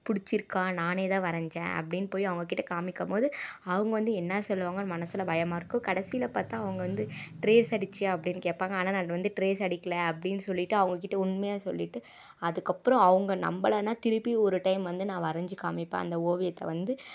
பிடிச்சிருக்கா நானே தான் வரைஞ்சேன் அப்படின்னு போய் அவங்க கிட்ட காமிக்கும் போது அவங்க வந்து என்ன சொல்லுவாங்கன்னு மனசில் பயமாருக்கும் கடைசியில் பார்த்தா அவங்க வந்து ட்ரேஸ் அடிச்சுயா அப்படின்னு கேட்பாங்க ஆனால் நான் வந்து ட்ரேஸ் அடிக்கல அப்படின்னு சொல்லிட்டு அவங்ககிட்ட உண்மையாக சொல்லிட்டு அதுக்கப்புறம் அவங்க நம்மலன்னா திருப்பி ஒரு டைம் வந்து நான் வரைஞ்சு காமிப்பேன் அந்த ஓவியத்தை வந்து